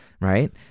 right